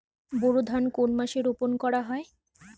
বোরো ধান কোন মাসে রোপণ করা হয়?